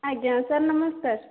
ଆଜ୍ଞା ସାର୍ ନମସ୍କାର